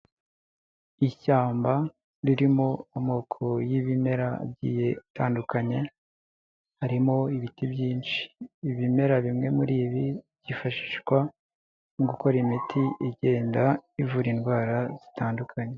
Ishyamba ririmo amoko y'ibimera agiye atandukanye, harimo ibiti byinshi. Ibimera bimwe muri ibi byifashishwa mu gukora imiti igenda ivura indwara zitandukanye.